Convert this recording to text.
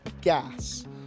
Gas